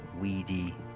weedy